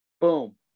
boom